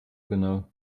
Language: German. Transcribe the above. genau